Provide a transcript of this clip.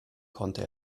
konnte